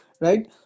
right